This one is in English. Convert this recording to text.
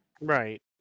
Right